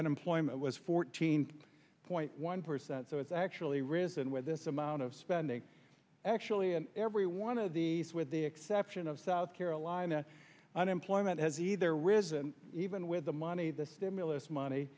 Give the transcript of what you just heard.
unemployment was fourteen point one percent so it's actually risen with this amount of spending actually and every one of these with the exception of south carolina unemployment has either risen even with the money the stimulus